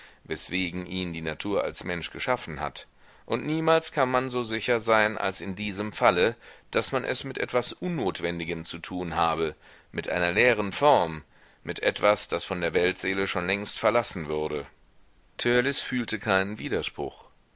weswegen ihn die natur als mensch geschaffen hat und niemals kann man so sicher sein als in diesem falle daß man es mit etwas unnotwendigem zu tun habe mit einer leeren form mit etwas das von der weltseele schon längst verlassen wurde törleß fühlte keinen widerspruch